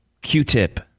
Q-tip